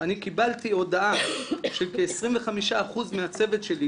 אני קיבלתי הודעה שכ-25% מהצוות שלי,